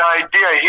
idea